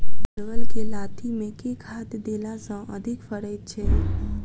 परवल केँ लाती मे केँ खाद्य देला सँ अधिक फरैत छै?